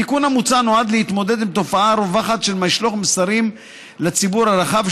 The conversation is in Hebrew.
התיקון המוצע נועד להתמודד עם תופעה רווחת של משלוח מסרים לציבור הרחב,